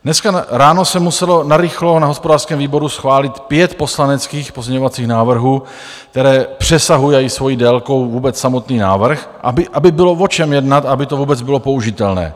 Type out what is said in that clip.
Dneska ráno se muselo narychlo na hospodářském výboru schválit pět poslaneckých pozměňovacích návrhů, které přesahují svojí délkou vůbec samotný návrh, aby bylo o čem jednat a aby to vůbec bylo použitelné.